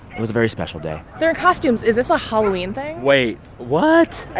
it was a very special day there are costumes. is this a halloween thing? wait. what? i